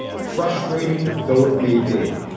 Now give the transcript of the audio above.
frustrating though it may be.